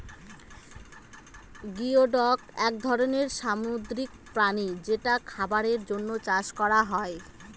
geoduck এক ধরনের সামুদ্রিক প্রাণী যেটা খাবারের জন্য চাষ করা হয়